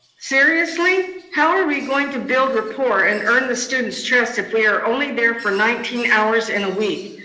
seriously? how are we going to build rapport and earn the students' trust if we are only there for nineteen hours in a week.